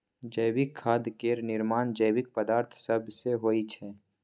जैविक खाद केर निर्माण जैविक पदार्थ सब सँ होइ छै